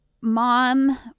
mom